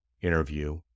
interview